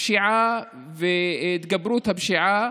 הפשיעה והתגברות הפשיעה.